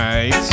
Right